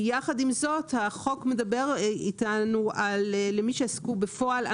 יחד עם זאת, החוק מדבר איתנו על למי שעסקו בפועל.